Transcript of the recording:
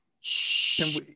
Shh